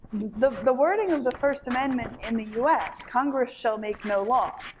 the the wording of the first amendment in the u s, congress shall make no law,